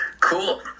Cool